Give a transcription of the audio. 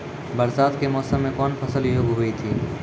बरसात के मौसम मे कौन फसल योग्य हुई थी?